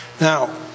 now